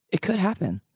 it could happen